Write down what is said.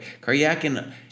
Karyakin